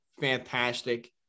fantastic